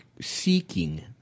seeking